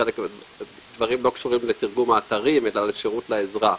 אז הדברים לא קשורים לתרגום האתרים אלא לשירות לאזרח,